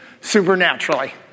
supernaturally